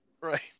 Right